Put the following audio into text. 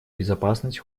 безопасность